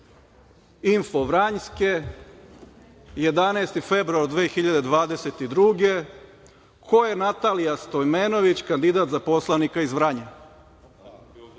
„Info Vranjske“, 11. februar 2022. godine, „Ko je Natalija Stoimenović, kandidat za poslanika iz Vranja?“Ovo